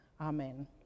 Amen